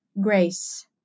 grace